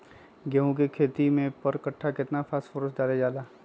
गेंहू के खेती में पर कट्ठा केतना फास्फोरस डाले जाला?